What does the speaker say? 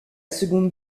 seconde